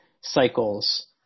cycles